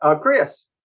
Chris